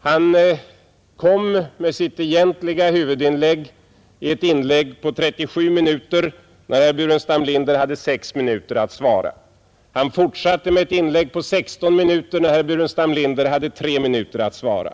Han kom med sitt egentliga huvudinlägg i ett anförande på 37 minuter när herr Burenstam Linder hade 6 minuter på sig att svara, han fortsatte med ett inlägg på 16 Nr 53 minuter när herr Burenstam Linder hade 3 minuter på sig att svara.